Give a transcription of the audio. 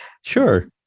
Sure